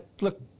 Look